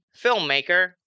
filmmaker